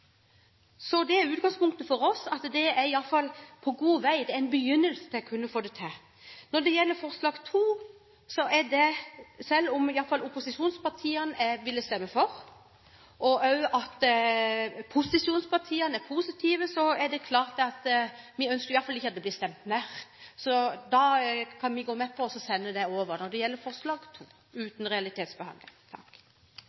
er at det i alle fall på god vei er en begynnelse til å kunne få det til. Når det gjelder forslag nr. 2, er det, selv om i alle fall opposisjonspartiene ville stemme for og også posisjonspartiene er positive, klart at vi i alle fall ikke ønsker at det blir stemt ned. Så da kan vi gå med på å sende over